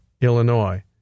Illinois